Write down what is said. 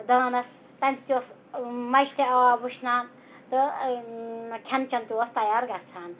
دانَس تَمہِ سۭتۍ اوس مَچہِ تہِ آب وٕشنان تہٕ کھٮ۪ن چٮ۪ن تہِ اوس تَیار گَژھان